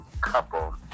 couple